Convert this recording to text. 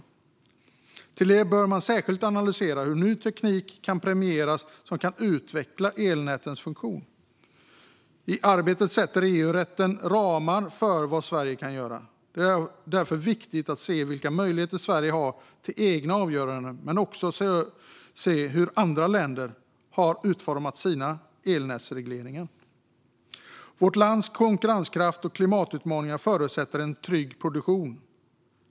I tillägg till detta bör man särskilt analysera hur man kan premiera ny teknik som kan utveckla elnätens funktion. I arbetet sätter EU-rätten ramar för vad Sverige kan göra, och det är därför viktigt att se vilka möjligheter Sverige har till egna avgöranden men också att se hur andra länder har utformat sina elnätsregleringar. Vårt lands konkurrenskraft och klimatutmaningen förutsätter en trygg produktion.